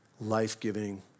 life-giving